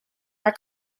our